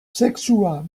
sexua